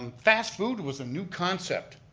um fast food was a new concept.